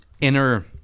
inner